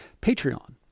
Patreon